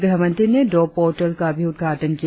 गृह मंत्री ने दो पोर्टल का भी उद्घाटन किया